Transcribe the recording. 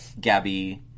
Gabby